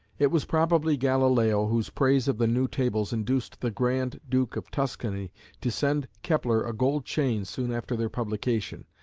it was probably galileo whose praise of the new tables induced the grand duke of tuscany to send kepler a gold chain soon after their publication,